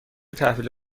تحویل